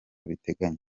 abiteganya